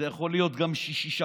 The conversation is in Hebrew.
זה יכול להיות גם שישי-שבת,